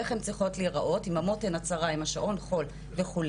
איך הן צריכות להיראות עם המותן הצרה עם השעון חול וכו',